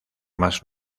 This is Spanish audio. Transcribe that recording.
mas